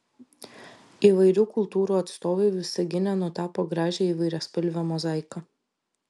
įvairių kultūrų atstovai visagine nutapo gražią įvairiaspalvę mozaiką